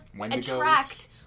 attract